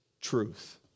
truth